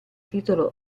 titolo